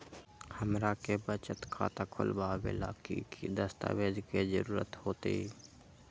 हमरा के बचत खाता खोलबाबे ला की की दस्तावेज के जरूरत होतई?